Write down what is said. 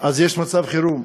יש מצב חירום.